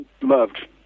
loved